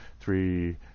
three